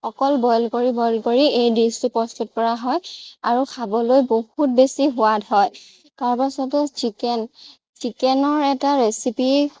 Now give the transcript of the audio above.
অকল বইল কৰি বইল কৰি এই ডিচটো প্ৰস্তুত কৰা হয় আৰু খাবলৈ বহুত বেছি সোৱাদ হয় তাৰপাছতে চিকেন চিকেনৰ এটা ৰেচিপি